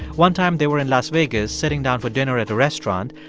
one time they were in las vegas sitting down for dinner at a restaurant.